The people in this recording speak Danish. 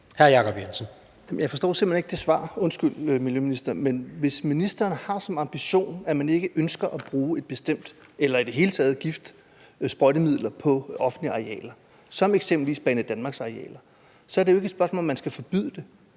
Jeg forstår simpelt hen ikke det svar. Undskyld, miljøminister, men hvis ministeren har som ambition, at man ikke ønsker at bruge et bestemt sprøjtemiddel eller i det hele taget gift på offentlige arealer som eksempelvis Banedanmarks arealer, så er det jo ikke et spørgsmål om, om man skal forbyde det.